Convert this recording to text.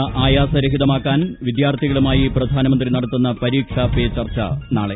പരീക്ഷ ആയാസരഹിതമാക്കാൻ വിദ്യാർത്ഥികളുമായി പ്രധാനമന്ത്രി നടത്തുന്ന പരീക്ഷാ പെ ചർച്ച നാളെ